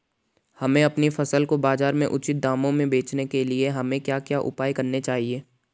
हमें अपनी फसल को बाज़ार में उचित दामों में बेचने के लिए हमें क्या क्या उपाय करने चाहिए?